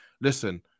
listen